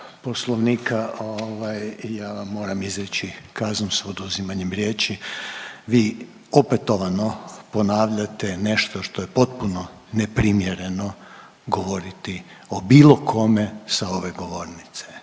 Poslovnika ovaj ja vam moram izreći kaznu s oduzimanjem riječi. Vi opetovano ponavljate nešto što je potpuno neprimjereno govoriti o bilo kome sa ove govornice